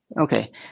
Okay